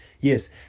yes